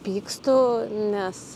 pykstu nes